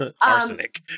Arsenic